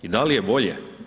I da li je bolje?